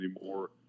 anymore